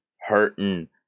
hurting